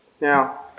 Now